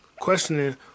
Questioning